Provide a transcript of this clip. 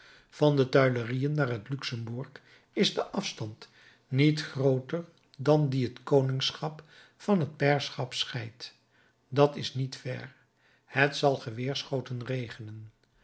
van de tuilerieën naar het luxembourg is de afstand niet grooter dan die het koningschap van het pairschap scheidt dat is niet ver het zal geweerschoten regenen